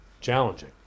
challenging